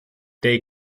they